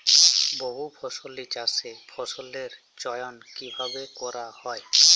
বহুফসলী চাষে ফসলের চয়ন কীভাবে করা হয়?